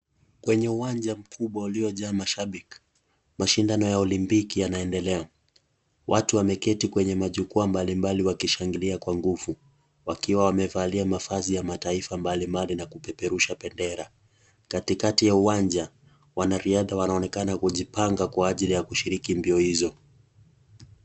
Kwenye uwanja mkubwa uliojaa mashabiki, mashindano ya Olympic yanaendelea, watu wameketi kwenye majukwa mbali mbali wakishangilia kwa nguvu wakiwa wamevalia mavazi ya mataifa mbali mbali na kupeperusha bendera. Katikati ya uwanja, wanariadha wanaonekana kujipanga kwa ajili ya kushiriki mbio hizo.